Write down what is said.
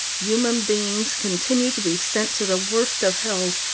human beings continue to be sent to the worst of hells,